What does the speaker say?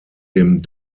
dem